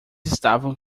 estavam